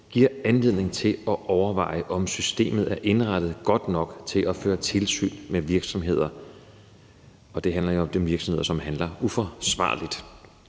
giver anledning til at overveje, om systemet er indrettet godt nok til at føre tilsyn med virksomheder, og det handler jo om de virksomheder, som handler uforsvarligt.